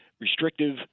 restrictive